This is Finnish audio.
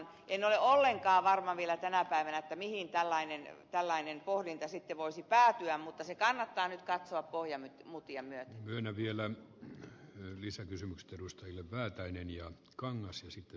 en ole ollenkaan varma vielä tänä päivänä mihin tällainen pohdinta sitten voisi päätyä mutta se kannattaa nyt katsoa pojan mutiamme on vielä noin lisäkysymustelusta ja väätäinen ja kangas esitti